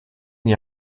n’y